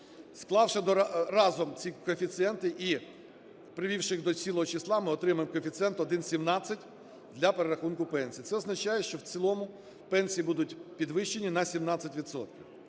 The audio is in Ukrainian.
Склавши разом ці коефіцієнти і привівши їх до цілого числа, ми отримаємо коефіцієнт 1,17 для перерахунку пенсій. Це означає, що в цілому пенсії будуть підвищені на 17